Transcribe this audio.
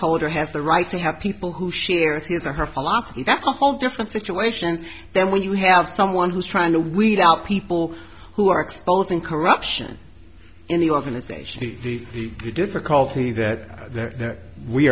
holder has the right to have people who shares his or her philosophy that's a whole different situation than when you have someone who's trying to weed out people who are exposing corruption in the organization and the difficulty that th